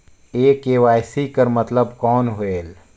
ये के.वाई.सी कर मतलब कौन होएल?